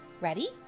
Ready